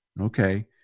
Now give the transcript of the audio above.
Okay